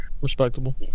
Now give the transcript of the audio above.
Respectable